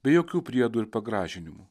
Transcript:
be jokių priedų ir pagražinimų